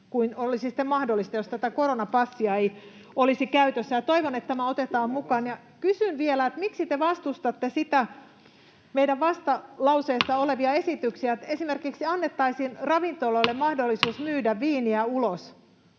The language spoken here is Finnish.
kuin olisi sitten mahdollista, jos tätä koronapassia ei olisi käytössä. Toivon, että tämä otetaan mukaan. Ja kysyn vielä: miksi te vastustatte meidän vastalauseessamme olevia esityksiä, että esimerkiksi annettaisiin ravintoloille mahdollisuus myydä viiniä ulos